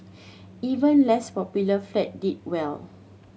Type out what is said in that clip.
even less popular flat did well